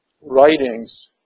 writings